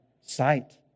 sight